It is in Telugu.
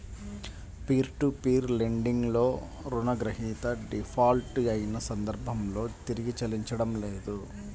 పీర్ టు పీర్ లెండింగ్ లో రుణగ్రహీత డిఫాల్ట్ అయిన సందర్భంలో తిరిగి చెల్లించడం లేదు